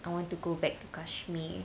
I want to go back to kashmir